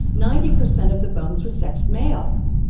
ninety percent of the bones were sexed male.